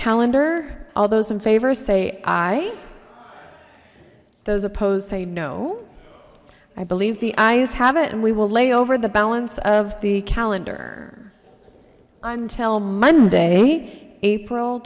calendar all those in favor say aye those opposed say no i believe the eyes have it and we will lay over the balance of the calendar until monday april